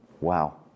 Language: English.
Wow